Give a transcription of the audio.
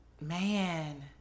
Man